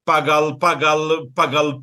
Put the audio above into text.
pagal pagal pagal